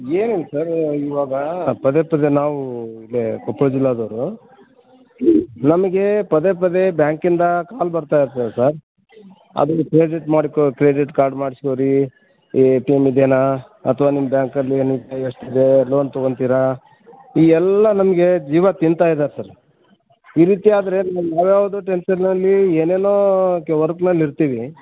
ಏನಿಲ್ಲ ಸರ್ ಇವಾಗ ಪದೆ ಪದೆ ನಾವು ಇಲ್ಲೆ ಕೊಪ್ಳ ಜಿಲ್ಲೆದವ್ರು ನಮಿಗೆ ಪದೆ ಪದೆ ಬ್ಯಾಂಕಿಂದ ಕಾಲ್ ಬರ್ತಾ ಇರ್ತದೆ ಸರ್ ಅದು ಕ್ರೆಡಿಟ್ ಮಾಡಿಕೊಳ್ಳಿ ಕ್ರೆಡಿಟ್ ಕಾರ್ಡ್ ಮಾಡಿಸ್ಕೊ ರೀ ಎ ಟಿ ಎಮ್ ಇದೆಯಾ ಅಥವಾ ನಿಮ್ಮ ಬ್ಯಾಂಕಲ್ಲಿ ಏನಿದೆ ಎಷ್ಟಿದೆ ಲೋನ್ ತಗೊತಿರಾ ಈ ಎಲ್ಲ ನಮಗೆ ಜೀವ ತಿಂತಾ ಇದಾರೆ ಸರ್ ಈ ರೀತಿ ಆದರೆ ನಾವು ಯಾವಯಾವ್ದೋ ಟೆನ್ಷನಲ್ಲಿ ಏನೇನೊ ಕೆ ವರ್ಕ್ ಮೇಲೆ ಇರ್ತೀವಿ